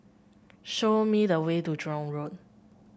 show me the way to Jurong Road